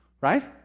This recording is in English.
right